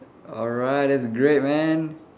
alright that's great man